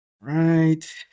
Right